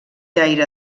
aire